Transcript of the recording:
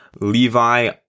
Levi